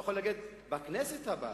אתה יכול להגיד: בכנסת הבאה,